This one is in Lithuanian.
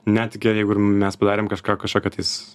netgi jeigu ir mes padarėm kažką kažkokią tais